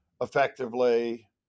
effectively